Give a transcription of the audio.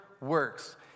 works